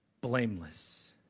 blameless